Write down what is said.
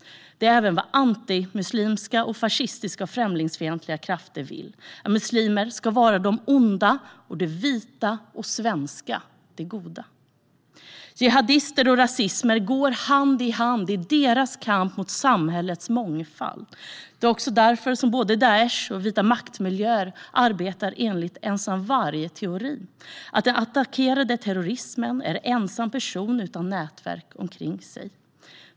Det är även vad antimuslimska fascistiska och främlingsfientliga krafter vill, att muslimer ska vara de onda och det vita och svenska det goda. Jihadister och rasister går hand i hand i sin kamp mot samhällets mångfald. Det är också därför både Daish och vitmaktmiljöer arbetar enligt ensam varg-teorin, att den attackerande terroristen är en ensam person utan nätverk omkring sig.